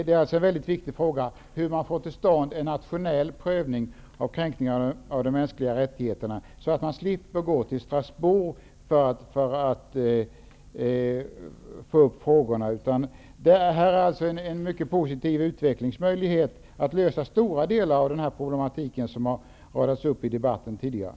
Det är en väldigt viktig fråga hur man får till stånd en nationell prövning av kränkningar av de mänskliga rättigheterna, så att man slipper att gå till Strasbourg för att få upp sådana frågor. Det är alltså en mycket positiv utvecklingsmöjlighet när det gäller att lösa stora delar av den problematik kring vilken argument radats upp tidigare i debatten.